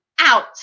out